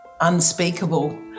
unspeakable